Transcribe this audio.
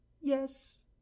Yes